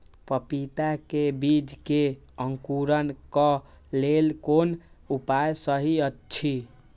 पपीता के बीज के अंकुरन क लेल कोन उपाय सहि अछि?